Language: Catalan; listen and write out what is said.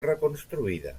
reconstruïda